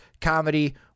comedy